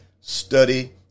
study